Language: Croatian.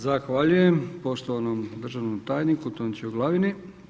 Zahvaljujem poštovanom državnom tajniku Tončiju Glavini.